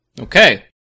Okay